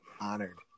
Honored